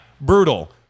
Brutal